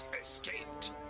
Escaped